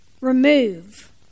Remove